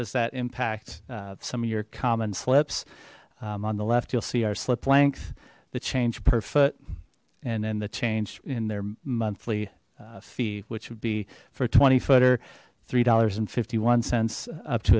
does that impact some of your common slips on the left you'll see our slip length the change per foot and then the change in their monthly fee which would be four twenty footer three dollars and fifty one cents up to